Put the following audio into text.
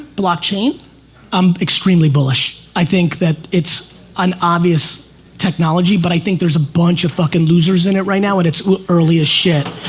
blotching, um extremely bullish. i think that it's unobvious technology but i think there's a bunch of fuckin' losers in it right now and it's early as shit.